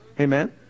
Amen